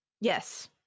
Yes